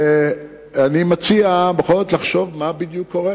אני מציע בכל זאת לחשוב מה בדיוק קורה